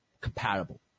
compatible